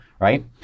right